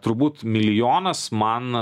turbūt milijonas man